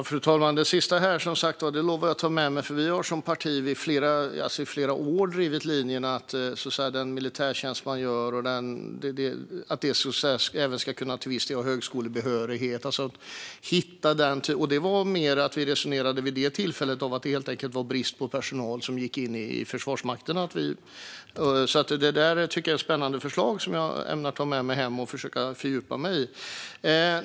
Fru talman! Det sista lovar jag att ta med mig, för vi har som parti i flera år drivit linjen att den militärtjänst man gör till viss del även ska kunna ge högskolebehörighet. Vid tillfället resonerade vi om detta i samband med att det helt enkelt var brist på personal som gick in i Försvarsmakten. Jag tycker att detta är ett spännande förslag som jag ämnar ta med mig hem och försöka att fördjupa mig i.